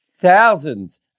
thousands